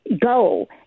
go